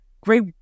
great